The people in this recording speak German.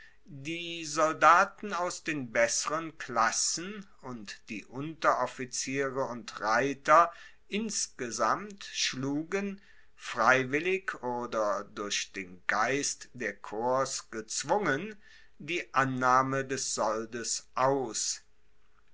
die soldaten aus den besseren klassen und die unteroffiziere und reiter insgesamt schlugen freiwillig oder durch den geist der korps gezwungen die annahme des soldes aus